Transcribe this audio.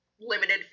limited